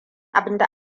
abinda